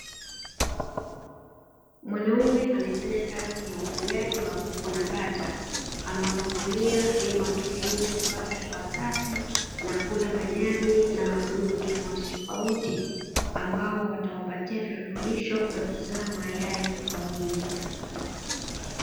Mwanaume anayefanya kazi ya ufugaji wa kuku na bata, amewafungulia ili watoke nje kupata hewa safi, na kula majani na wadudu tofautitofauti, ambao watawapatia virutubisho na kutaga mayai kwa wingi.